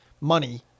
money